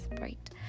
right